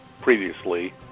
previously